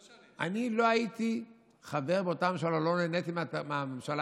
אבל בינינו, הגזרות הכלכליות היו יותר קשות מאשר